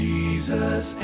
Jesus